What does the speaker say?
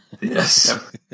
Yes